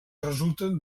resulten